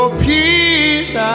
peace